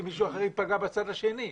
מישהו אחר ייפגע בצד השני.